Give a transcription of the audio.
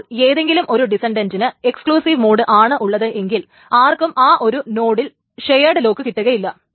അപ്പോൾ ഏതെങ്കിലും ഒരു ഡിസന്റന്റിന് എക്സ്ക്ലൂസീവ് മോഡ് ആണ് ഉള്ളത് എങ്കിൽ ആർക്കും ആ ഒരു നോഡിൽ ഷെയേഡ് ലോക്ക് കിട്ടുകയില്ല